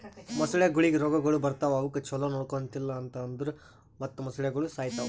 ಮೊಸಳೆಗೊಳಿಗ್ ರೋಗಗೊಳ್ ಬರ್ತಾವ್ ಅವುಕ್ ಛಲೋ ನೊಡ್ಕೊಂಡಿಲ್ ಅಂದುರ್ ಮತ್ತ್ ಮೊಸಳೆಗೋಳು ಸಾಯಿತಾವ್